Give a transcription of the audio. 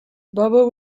bobo